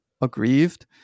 aggrieved